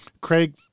Craig